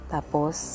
Tapos